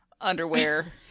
underwear